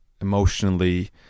emotionally